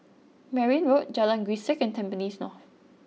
Merryn Road Jalan Grisek and Tampines North